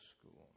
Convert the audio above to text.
school